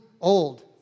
old